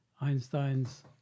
Einstein's